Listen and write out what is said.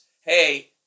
hey